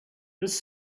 this